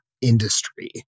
industry